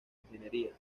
ingeniería